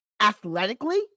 athletically